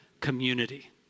community